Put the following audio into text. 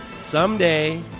Someday